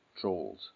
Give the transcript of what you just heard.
troll's